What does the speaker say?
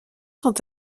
sont